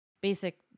basic